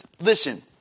listen